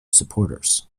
supporters